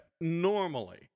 normally